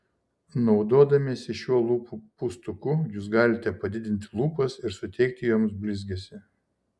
naudodamiesi šiuo lūpų pūstuku jūs galite padidinti lūpas ir suteikti joms blizgesį